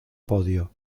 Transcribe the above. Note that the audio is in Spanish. podio